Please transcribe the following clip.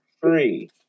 three